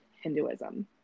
Hinduism